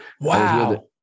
wow